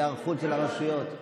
זה היערכות של הרשויות,